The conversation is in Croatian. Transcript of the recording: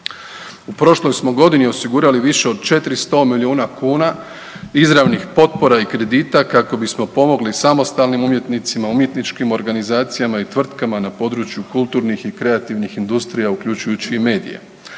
U prošloj smo godini osigurali više od 400 milijuna kuna izravnih potpora i kredita kako bismo pomogli samostalnim umjetnicima, umjetničkim organizacijama i tvrtkama na području kulturnih i kreativnih industrija uključujući i medije.